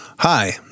Hi